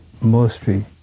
mostly